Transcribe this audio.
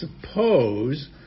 suppose